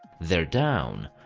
their down,